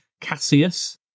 Cassius